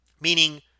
meaning